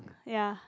ya